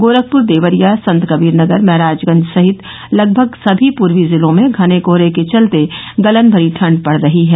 गोरखपूर देवरिया संतकबीरनगर महराजगंज सहित लगभग सभी पूर्वी जिलों में घने कोहरे के चलते गलन भरी ठंड पड़ रही है